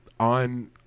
on